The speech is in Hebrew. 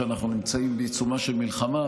שבה אנחנו נמצאים בעיצומה של מלחמה.